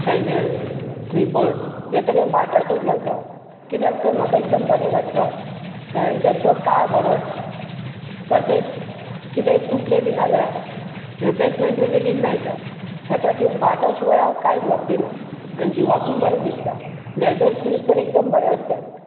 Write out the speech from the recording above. sandals slippers हें सगळें बाटाचेंच घालता हांव कित्याक तर म्हाका एकदम बरें लागता आनी तेचो काळ बरो आसता तशेंच कितेंय तुटलें बीन जाल्यार रिप्लॅसमेन्टूय बेगीन मेळटा हे खातीर बाटा शिवाय हांव कांयच वापरिना आनी जिवाकूय बरें दिसता लॅदर शूज तर एकदम बरें आसतात